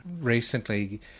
recently